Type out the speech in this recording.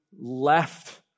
left